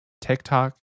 TikTok